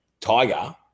Tiger